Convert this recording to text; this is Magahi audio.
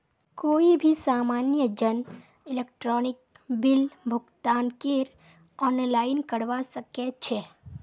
कोई भी सामान्य जन इलेक्ट्रॉनिक बिल भुगतानकेर आनलाइन करवा सके छै